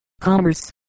commerce